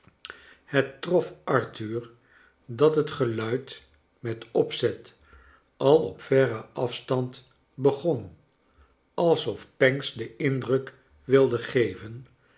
het trof arthur dat het geluid met opzet al op verren af stand begon alsof pancks den indruk wilde geyen